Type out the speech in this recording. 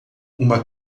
uma